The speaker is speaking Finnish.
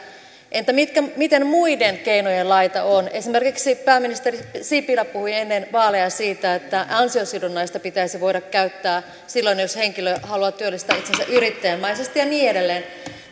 entä miten muiden keinojen laita on esimerkiksi pääministeri sipilä puhui ennen vaaleja siitä että ansiosidonnaista pitäisi voida käyttää silloin jos henkilö haluaa työllistää itsensä yrittäjämäisesti ja niin edelleen